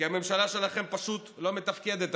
כי הממשלה שלכם פשוט לא מתפקדת.